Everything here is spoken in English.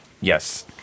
Yes